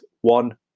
one